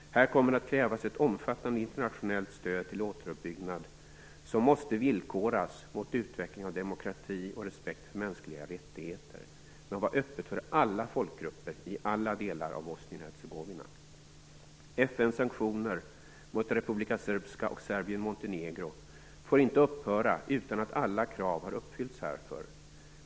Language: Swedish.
Här kommer att krävas ett omfattande internationellt stöd till återuppbyggnad, som måste villkoras mot utveckling av demokrati och respekt för mänskliga rättigheter, men som också måste vara öppet för alla folkgrupper i alla delar av FN:s sanktioner mot Republika Srbska och Serbien-Montenegro får inte upphöra utan att alla krav utan att alla krav härför har uppfyllts.